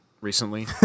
recently